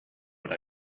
what